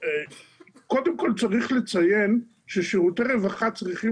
קודם כל יש לציין ששירותי רווחה צרכים